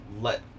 let